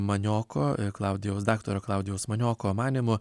manioko klaudijaus daktaro klaudijaus manioko manymu